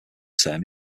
term